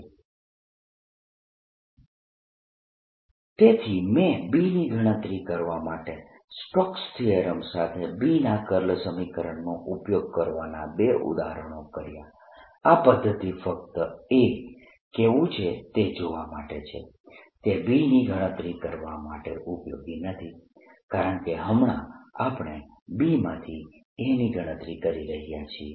As 0I2πlns z તેથી મેં B ની ગણતરી કરવા માટે સ્ટોક્સ થીયરમ સાથે B ના કર્લ સમીકરણનો ઉપયોગ કરવાના બે ઉદાહરણો કર્યા આ પદ્ધતિ ફક્ત A કેવું છે તે જોવા માટે છે તે B ની ગણતરી કરવા માટે ઉપયોગી નથી કારણકે હમણાં આપણે B માંથી A ની ગણતરી કરી રહયા છીએ